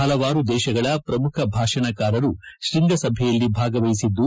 ಹಲವಾರು ದೇಶಗಳ ಶ್ರಮುಖ ಭಾಷಣಕಾರರು ಶ್ವಂಗಸಭೆಯಲ್ಲಿ ಭಾಗವಹಿಸಿದ್ದು